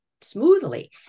smoothly